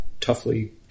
toughly